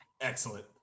Excellent